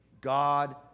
God